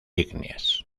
ígneas